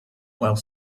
while